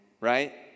right